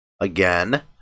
Again